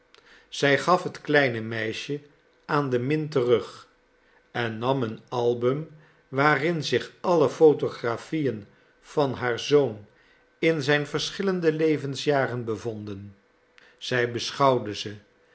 zij gaf het kleine meisje aan de min terug en nam een album waarin zich alle photographieën van haar zoon in zijn verschillende levensjaren bevonden zij beschouwde ze